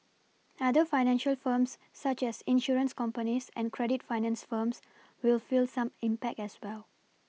other financial firms such as insurance companies and credit finance firms will feel some impact as well